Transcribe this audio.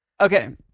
okay